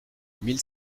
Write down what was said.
mille